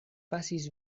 pasis